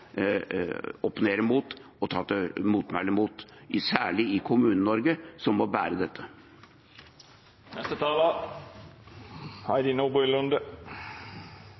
mot og ta til motmæle mot, særlig i Kommune-Norge, som må bære dette.